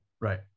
Right